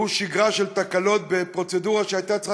שהוא שגרה של תקלות בפרוצדורה שהייתה צריכה